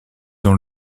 dans